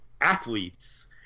athletes